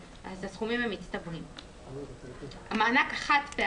לצירוף הסכומים כמפורט בטור ב' בלוח ח'1א